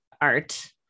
Art